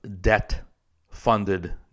debt-funded